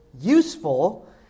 useful